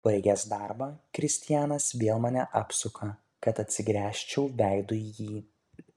baigęs darbą kristianas vėl mane apsuka kad atsigręžčiau veidu į jį